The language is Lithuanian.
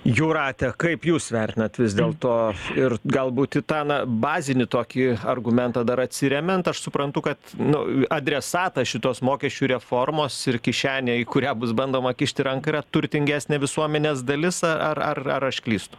jūrate kaip jūs vertinat vis dėl to ir galbūt į tą na bazinį tokį argumentą dar atsiremiant aš suprantu kad nu adresatą šitos mokesčių reformos ir kišenė į kurią bus bandoma kišti ranką yra turtingesnė visuomenės dalis a ar ar ar aš klystu